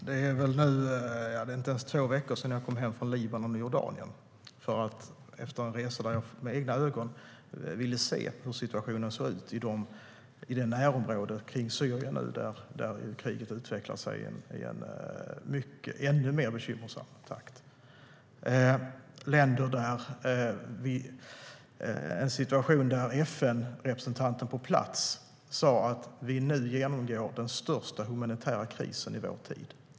Herr talman! Det är inte ens två veckor sedan jag kom hem från en resa i Libanon och Jordanien. Jag ville med egna ögon se hur situationen såg ut i närområdet kring Syrien, där kriget utvecklar sig i en ännu mer bekymmersam takt. FN-representanten på plats sa att vi nu genomgår den största humanitära krisen i vår tid.